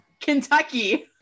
Kentucky